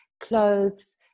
clothes